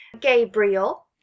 Gabriel